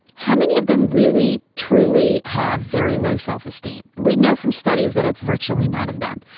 how many of them really truly have very low self-esteem? we know from studies that it's virtually none of them.